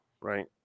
right